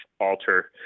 alter